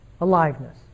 aliveness